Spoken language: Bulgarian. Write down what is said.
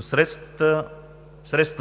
Средствата